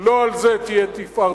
לא על זה תהיה תפארתך.